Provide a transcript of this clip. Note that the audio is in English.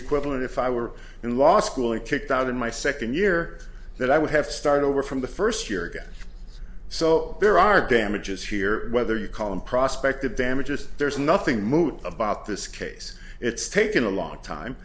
equivalent if i were in law school it kicked out in my second year that i would have to start over from the first year again so there are damages here whether you call them prospect of damages there's nothing moving about this case it's taken a long time